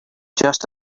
just